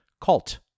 cult